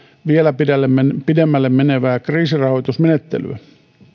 vielä pidemmälle pidemmälle menevää kriisirahoitusmenettelyä